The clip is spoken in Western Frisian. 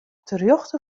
terjochte